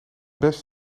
best